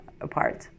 apart